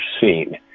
seen